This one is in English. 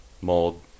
Mold